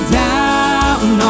down